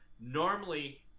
normally